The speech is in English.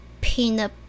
peanut